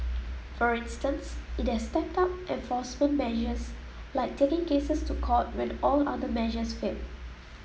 for instance it has stepped up enforcement measures like taking cases to court when all other measures failed